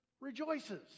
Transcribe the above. rejoices